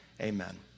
Amen